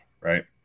right